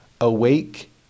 Awake